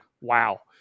wow